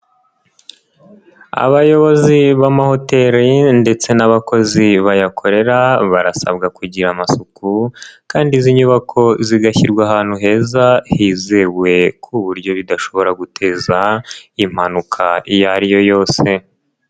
Abayobozi b'amahoteli ndetse n'abakozi bayakorera barasabwa kugira amasuku kandi izi nyubako zigashyirwa ahantu heza hizewe, ku buryo bidashobora guteza impanuka iyo ari yo yose.